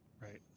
Right